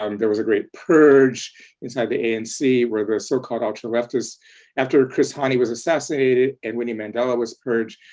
um there was a great purge inside the and anc where the so called ultra leftists after chris hani was assassinated and winnie mandela was purged,